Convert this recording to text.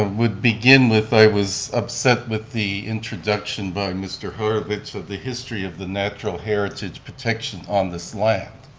ah would begin with i was upset with the introduction by mr. herlovitch of the history of the natural heritage protection on this land.